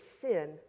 sin